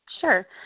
Sure